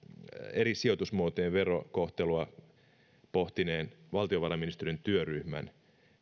eri sijoitusmuotojen verokohtelua pohtineen valtiovarainministeriön työryhmän